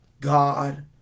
God